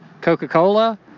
Coca-Cola